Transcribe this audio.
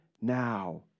now